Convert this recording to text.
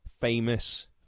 famous